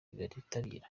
bitabira